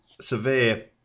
severe